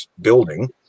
building